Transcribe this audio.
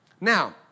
Now